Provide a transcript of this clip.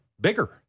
bigger